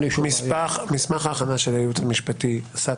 אין לי שום --- מסמך ההכנה של הייעוץ המשפטי עסק